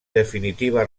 definitiva